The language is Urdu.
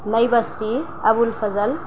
نئی بستی ابوالفضل